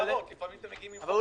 לא,